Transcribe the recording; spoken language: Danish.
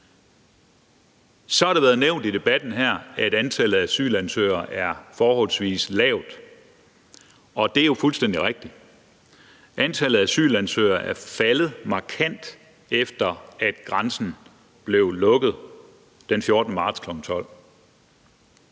Så har det været nævnt i debatten her, at antallet af asylansøgere er forholdsvis lavt, og det er jo fuldstændig rigtigt. Antallet af asylansøgere er faldet markant, efter at grænsen blev lukket den 14. marts kl. 12.